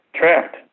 Trapped